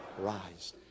rise